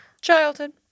Childhood